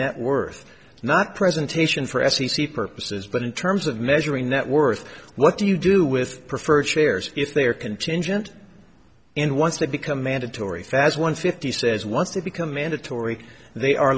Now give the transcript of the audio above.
net worth not presentation for f c c purposes but in terms of measuring net worth what do you do with preferred shares if they are contingent in once they become mandatory that's one fifty says once they become mandatory they are